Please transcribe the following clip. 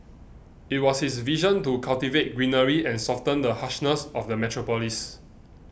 it was his vision to cultivate greenery and soften the harshness of the metropolis